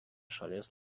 šalies